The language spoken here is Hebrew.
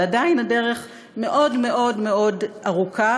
אבל עדיין, הדרך מאוד מאוד מאוד ארוכה.